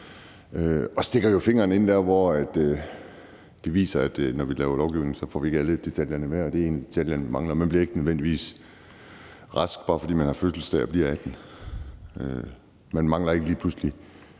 som stikker fingeren ind i det og viser, at når vi laver lovgivning, får vi ikke alle detaljerne med, og det her er en af de detaljer, vi mangler. Man bliver ikke nødvendigvis rask, bare fordi man har fødselsdag og bliver 18 år. Man mangler ikke lige pludselig